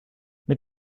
mit